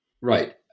Right